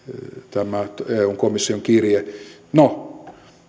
tämä eun komission kirje no